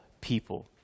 people